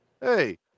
hey